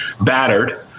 battered